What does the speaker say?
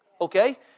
Okay